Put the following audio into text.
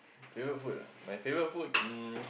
favourite food ah my favourite food um